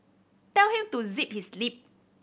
tell him to zip his lip